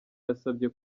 yasabye